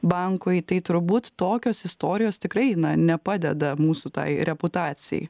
bankui tai turbūt tokios istorijos tikrai nepadeda mūsų tai reputacijai